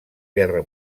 guerra